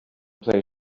play